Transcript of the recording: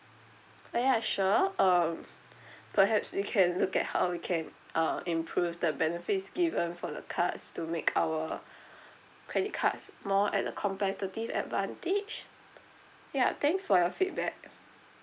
oh ya sure um perhaps we can look at how we can uh improve the benefits given from the cards to make our credit cards more at a competitive advantage ya thanks for your feedback